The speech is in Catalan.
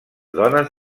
dones